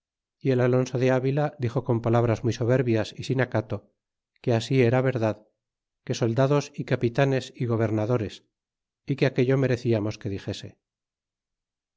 y el alonso de avila dixo con palabras muy soberbias y sin acato que así era verdad que soldados y capitanes é gobernadores é que aquello mereciamos que dixese